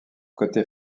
côté